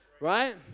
Right